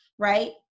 right